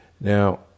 now